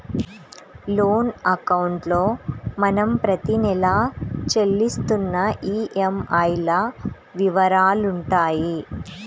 loan అకౌంట్లో మనం ప్రతి నెలా చెల్లిస్తున్న ఈఎంఐల వివరాలుంటాయి